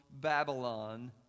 Babylon